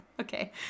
Okay